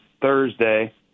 Thursday